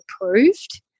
approved